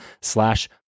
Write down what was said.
slash